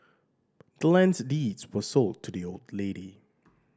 the land's deeds was sold to the old lady